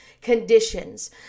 conditions